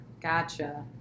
Gotcha